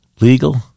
legal